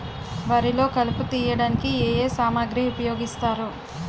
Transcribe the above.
వరిలో కలుపు తియ్యడానికి ఏ ఏ సామాగ్రి ఉపయోగిస్తారు?